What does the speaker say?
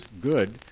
good